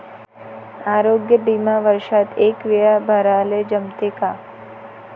आरोग्य बिमा वर्षात एकवेळा भराले जमते का?